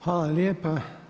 Hvala lijepa.